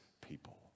people